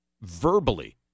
verbally